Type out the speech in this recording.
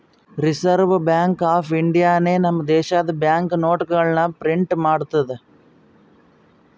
reserve bank of ಇಂಡಿಯಾನೆ ನಮ್ ದೇಶದು ಬ್ಯಾಂಕ್ ನೋಟ್ಗೊಳ್ ಪ್ರಿಂಟ್ ಮಾಡ್ತುದ್